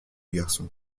garçon